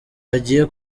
hagiye